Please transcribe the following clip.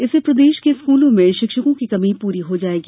इससे प्रदेश के स्कूलों में शिक्षकों की कमी पूरी हो जाएगी